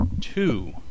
two